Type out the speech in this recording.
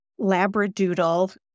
Labradoodle